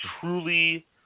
truly